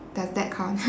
does that count